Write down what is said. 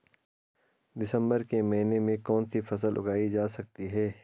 दिसम्बर के महीने में कौन सी फसल उगाई जा सकती है?